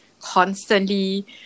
constantly